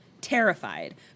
terrified